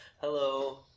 Hello